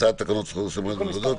(תיקון מס' 4),